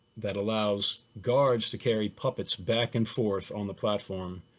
that allows guards to carry puppets back and forth on the platform,